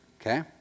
okay